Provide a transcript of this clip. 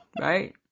Right